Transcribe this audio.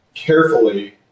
Carefully